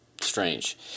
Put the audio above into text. strange